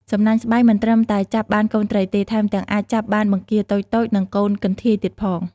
សំណាញ់ស្បៃ មិនត្រឹមតែចាប់បានកូនត្រីទេ ថែមទាំងអាចចាប់បានបង្គាតូចៗ និងកូនកន្ធាយទៀតផង។